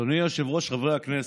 אדוני היושב-ראש, חברי הכנסת,